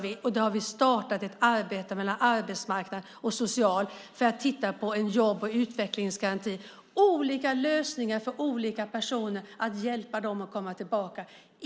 Vi har startat ett arbete mellan Arbetsmarknadsdepartementet och Socialdepartementet för att titta på en jobb och utvecklingsgaranti. Det är olika lösningar för olika personer för att hjälpa dem att komma tillbaka.